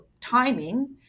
timing